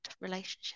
relationship